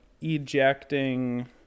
ejecting